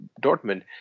Dortmund